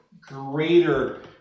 greater